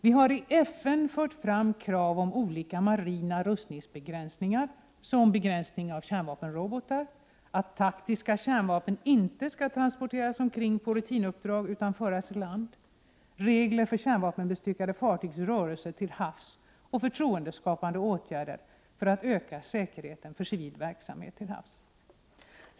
Vi har i FN fört fram krav på olika marina rustningsbegränsningar, som begränsning av kärnvapenrobotar, att taktiska kärnvapen inte skall transporteras omkring på rutinuppdrag utan föras i land, regler för kärnvapenbestyckade fartygs rörelser till havs samt förtroendeskapande åtgärder för att öka säkerheten för civil verksamhet till havs.